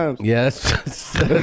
Yes